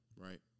Right